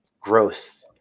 growth